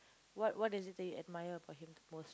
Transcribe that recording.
what what is it did you admire about him the most